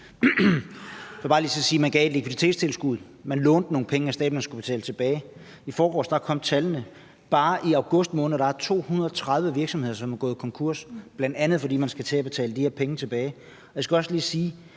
staten gav et likviditetstilskud. Man lånte nogle penge af staten, som man skulle betale tilbage. I forgårs kom tallene: Bare i august måned er der 230 virksomheder, der er gået konkurs, bl.a. fordi man skal til at betale de her penge tilbage. Jeg skal lige sige,